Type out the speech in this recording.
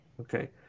Okay